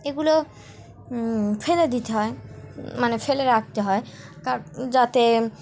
এগুলো ফেলে দিতে হয় মানে ফেলে রাখতে হয় কার যাতে